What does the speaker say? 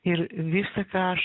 ir visa ką aš